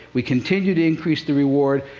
we continued to increase the reward.